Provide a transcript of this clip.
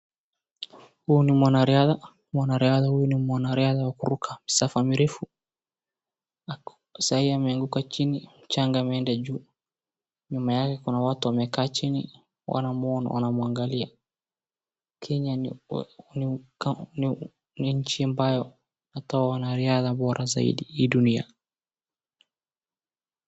Huyu ni mwanariadha, mwanariadha huyu ni mwanariadha wa kuruka masafa marefu, sahii ameanguka chini, mchanga imeenda juu, kuna watu ambao wamekaa chini wanamwangalia. Kenya ni nchi ambayo hutoa wanariadha bora zaidi hii dunia.